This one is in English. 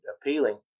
appealing